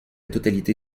totalité